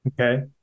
okay